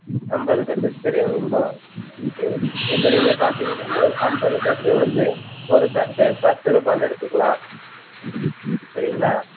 ஐம்பது கட்டு சரி வேணுமா சரி இப்போ நீங்கள் பார்த்தீங்கன்னா ஐம்பது கட்டு வந்து ஒரு கட்டு பத்து ரூபாய்ன்னு எடுத்துக்கலாம் சரிங்களா